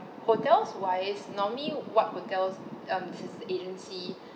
hotels wise normally what hotels um since the agency